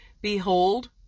Behold